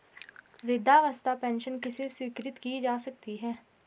वृद्धावस्था पेंशन किसे स्वीकृत की जा सकती है?